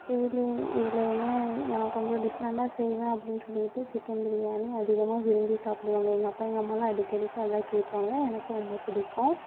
இதில் இதில் என்ன நான் கொஞ்சம் டிஃப்ரெண்டாக செய்வேன் அப்படின்னு சொல்லிவிட்டு சிக்கன் பிரியாணி அதிகமாக விரும்பி சாப்பிடுவாங்க எங்கள் அப்பா எங்கள் அம்மாலாம் அடிக்கடிக்கு அதான் கேட்பாங்க எனக்கும் ரொம்ப பிடிக்கும்